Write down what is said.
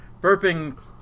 burping